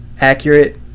accurate